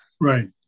Right